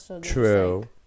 True